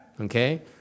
Okay